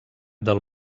del